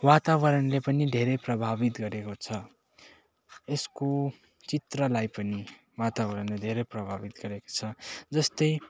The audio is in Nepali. वातावरणले पनि धेरै प्रभावित गरेको छ यसको चित्रलाई पनि वातावरणले धेरै प्रभावित गरेको छ जस्तै